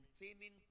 maintaining